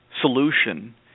solution